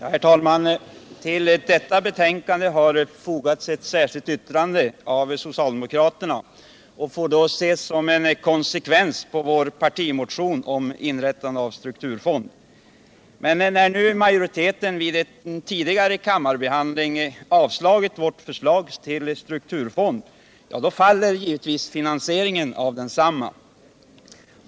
G Herr talman! Till detta betänkande har fogats ett särskilt yttrande av socialdemokraterna, och det får ses som en konsekvens av vår partimotion När nu majoriteten vid tidigare kammarbehandling avslagit vårt förslag till strukturfond så faller givetvis finansieringen av densamma.